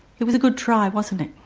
it was a good try, wasn't it?